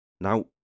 Now